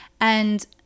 And-